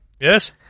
Yes